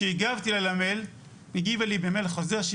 כשהגבתי על המייל היא הגיבה לי במייל חוזר בו